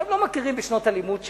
עכשיו, לא מכירים בשנות הלימוד שלהם.